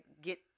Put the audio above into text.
get